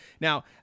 Now